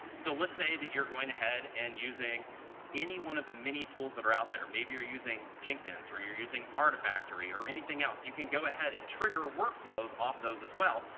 so let's say that you're going ahead and using any one of the many tools that are out there. maybe you're using jenkins, or you're using artifactory, or anything else. you can go ahead and trigger workflows off those, as well,